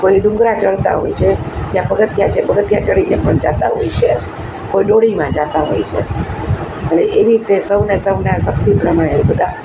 કોઈ ડુંગરા ચડતા હોય છે ત્યાં પગથિયાં છે પગથિયાં ચડીને પણ જતા હોય છે કોઈ ડોળીમાં જતા હોય છે અને એવી રીતે સૌને સૌના શક્તિ પ્રમાણે બધા